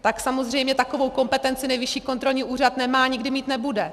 Tak samozřejmě takovou kompetenci Nejvyšší kontrolní úřad nemá a nikdy mít nebude.